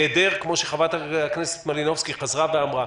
כפי שחברת הכנסת מלינובסקי חזרה ואמרה,